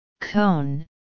cone